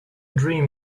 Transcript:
dream